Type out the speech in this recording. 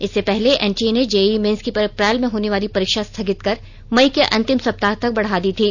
इससे पहले एटीए ने जेईई मेन्स की अप्रैल में होने वाली परीक्षा स्थगित कर मई के अंतिम सप्ताह तक बढ़ा दी थी